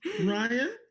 Ryan